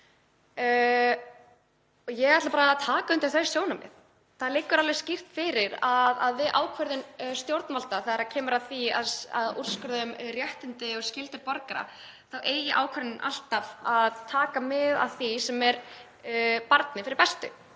Ég ætla bara að taka undir þau sjónarmið. Það liggur alveg skýrt fyrir að við ákvörðun stjórnvalda, þegar kemur að því að úrskurða um réttindi og skyldur borgara, eigi ákvörðunin alltaf að taka mið af því sem er barni fyrir bestu.